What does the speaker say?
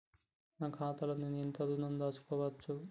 నా ఖాతాలో నేను ఎంత ఋణం దాచుకోవచ్చు?